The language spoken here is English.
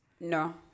no